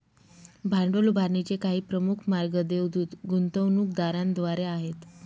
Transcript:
भांडवल उभारणीचे काही प्रमुख मार्ग देवदूत गुंतवणूकदारांद्वारे आहेत